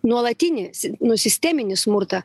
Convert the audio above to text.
nuolatinį nu sisteminį smurtą